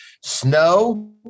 snow